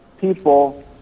people